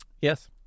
Yes